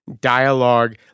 dialogue